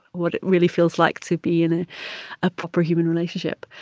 what it really feels like to be in a ah proper human relationship.